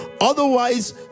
Otherwise